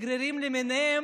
השגרירים למיניהם,